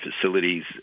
facilities